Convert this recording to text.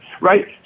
right